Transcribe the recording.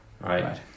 right